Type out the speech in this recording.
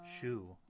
Shoe